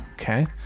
Okay